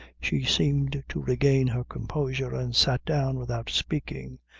she seemed to regain her composure, and sat down without speaking.